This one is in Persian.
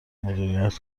مدیریت